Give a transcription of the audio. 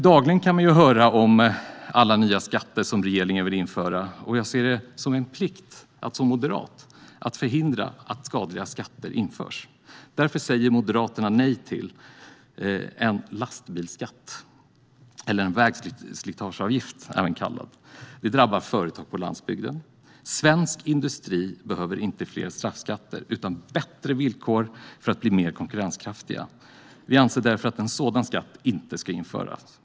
Dagligen kan man höra om alla nya skatter som regeringen vill införa. Jag ser det som min plikt som moderat att förhindra att skadliga skatter införs. Därför säger Moderaterna nej till en lastbilsskatt, även kallad vägslitageavgift. Den drabbar företag på landsbygden. Svensk industri behöver inte fler straffskatter utan bättre villkor för att bli än mer konkurrenskraftig. Vi anser därför att en sådan skatt inte ska införas.